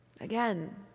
Again